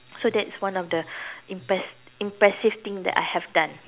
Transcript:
so that's one of the impress~ impressive thing that I have done